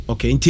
Okay